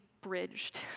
bridged